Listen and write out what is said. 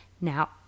Now